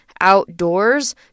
outdoors